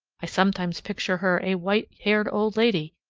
i sometimes picture her a white-haired old lady,